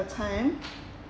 a time